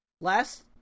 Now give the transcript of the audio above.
Last